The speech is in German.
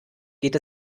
geht